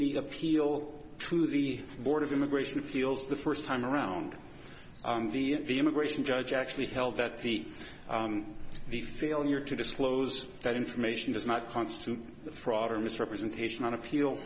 the appeal to the board of immigration feels the first time around the immigration judge actually held that the the failure to disclose that information does not constitute fraud or misrepresentation on